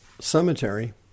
Cemetery